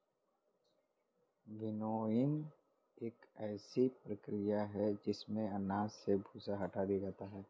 winnowing एक ऐसी प्रक्रिया है जिसमें अनाज से भूसा हटा दिया जाता है